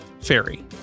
fairy